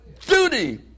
Duty